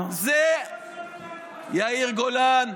יאיר גולן,